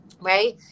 Right